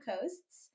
coasts